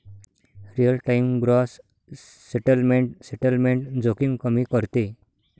real time gross settlement settlement जोखीम कमी करते